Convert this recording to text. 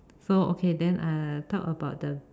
so okay then uh talk about the